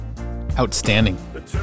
Outstanding